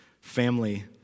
family